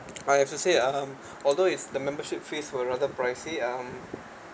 I have to say um although is the membership fees were rather pricey